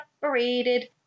separated